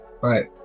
right